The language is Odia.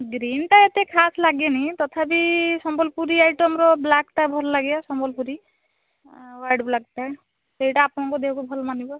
ଗ୍ରୀନ୍ ଟା ଏତେ ଖାସ୍ ଲାଗେନି ତଥାପି ସମ୍ବଲପୁରୀ ଆଇଟମ୍ ର ବ୍ଲାକ୍ ଟା ଭଲଲାଗେ ସମ୍ବଲପୁରୀ ଆଉ ରେଡ଼୍ ବ୍ଲାକ୍ ଟା ସେଇଟା ଆପଣଙ୍କ ଦେହକୁ ଭଲ ମାନିବ